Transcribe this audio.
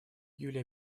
юлия